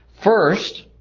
First